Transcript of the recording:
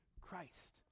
Christ